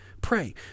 Pray